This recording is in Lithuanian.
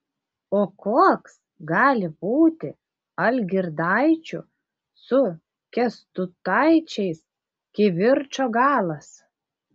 o koks gali būti algirdaičių su kęstutaičiais kivirčo galas